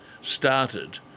started